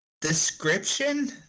Description